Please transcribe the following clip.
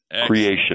Creation